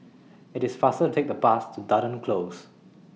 IT IS faster to Take The Bus to Dunearn Close